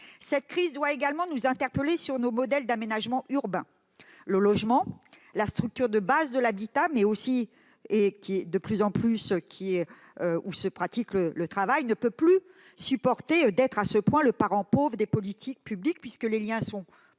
Cette crise doit également nous amener à nous interroger sur nos modèles d'aménagement urbain. Le logement, structure de base de l'habitat, mais aussi, et de plus en plus, du travail, ne peut plus être à ce point le parent pauvre des politiques publiques. Puisque les liens sont plus